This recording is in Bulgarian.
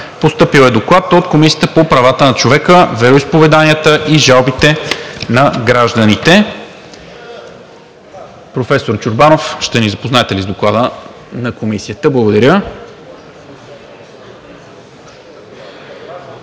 Постъпил е Доклад от Комисията по правата на човека, вероизповеданията и жалбите на гражданите. Професор Чорбанов, ще ни запознаете ли с Доклада на Комисията? ДОКЛАДЧИК